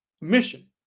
mission